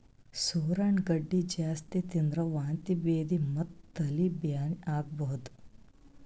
ಸೂರಣ ಗಡ್ಡಿ ಜಾಸ್ತಿ ತಿಂದ್ರ್ ವಾಂತಿ ಭೇದಿ ಮತ್ತ್ ತಲಿ ಬ್ಯಾನಿ ಆಗಬಹುದ್